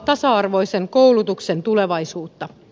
tasa arvoisen koulutuksen tulevaisuutta